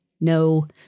no